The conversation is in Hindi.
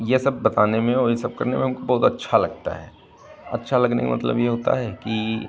ये सब बताने में और ये सब करने में हमको बहुत अच्छा लगता है अच्छा लगने का मतलब ये होता है कि